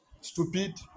stupid